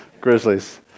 grizzlies